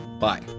bye